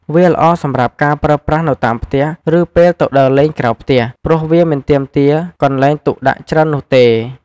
វាល្អសម្រាប់ការប្រើប្រាស់នៅតាមផ្ទះ ឬពេលទៅដើរលេងក្រៅផ្ទះ ព្រោះវាមិនទាមទារកន្លែងទុកដាក់ច្រើននោះទេ។